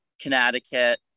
connecticut